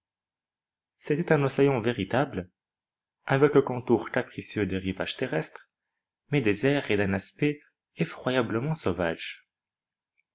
c'était un océan véritable avec le contour capricieux des rivages terrestres mais désert et d'un aspect effroyablement